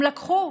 הם לקחו,